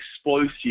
explosive